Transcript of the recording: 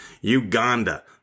Uganda